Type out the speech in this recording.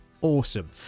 awesome